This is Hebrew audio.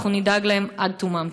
אנחנו נדאג להם עד תומם.